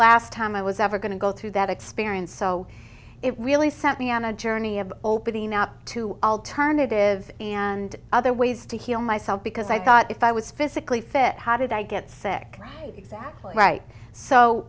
last time i was ever going to go through that experience so it really sent me on a journey of opening up to alternatives and other ways to heal myself because i thought if i was physically fit how did i get sick